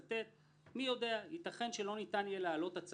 השבתי לפונים כי כמקובל נציג את עמדתנו